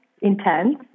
intense